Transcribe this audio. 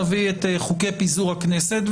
נביא את חוקי פיזור הכנסת,